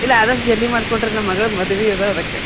ಇಲ್ಲ ಆದಷ್ಟು ಜಲ್ದಿ ಮಾಡಿಕೊಡ್ರಿ ನಮ್ಮ ಮಗ್ಳದ್ದು ಮದ್ವೆ ಅದ ಅದಕ್ಕೆ